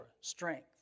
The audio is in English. strength